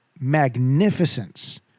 magnificence